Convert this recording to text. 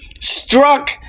struck